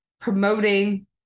promoting